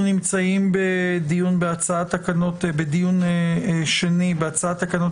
אנחנו נמצאים בדיון שני בהצעת תקנות